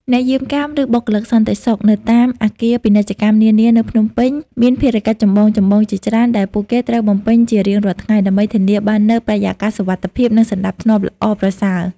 អ្នកយាមកាម ឬបុគ្គលិកសន្តិសុខនៅតាមអគារពាណិជ្ជកម្មនានានៅភ្នំពេញ មានភារកិច្ចចម្បងៗជាច្រើនដែលពួកគេត្រូវបំពេញជារៀងរាល់ថ្ងៃ ដើម្បីធានាបាននូវបរិយាកាសសុវត្ថិភាព និងសណ្ដាប់ធ្នាប់ល្អប្រសើរ។